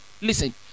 listen